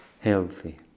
healthy